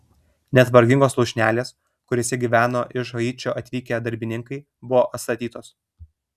net vargingos lūšnelės kuriose gyveno iš haičio atvykę darbininkai buvo atstatytos